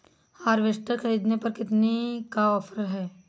Harvester ख़रीदने पर कितनी का ऑफर है?